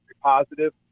positive